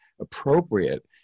appropriate